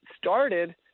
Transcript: started